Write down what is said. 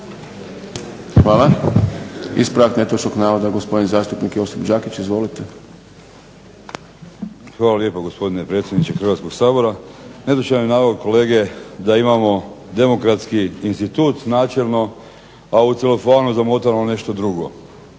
Hvala. Ispravak netočnog navoda gospodin zastupnik Josip Đakić. Izvolite. **Đakić, Josip (HDZ)** Hvala lijepo gospodine predsjedniče Hrvatskog sabora. Netočan je navod kolege da imamo demokratski institut načelno, a u celofanu zamotano nešto drugo.